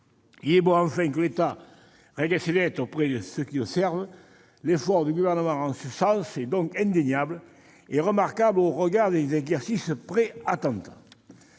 Il est bon que, enfin, l'État règle ses dettes auprès de ceux qui le servent ! L'effort du Gouvernement en ce sens est indéniable et remarquable au regard des exercices pré-attentats.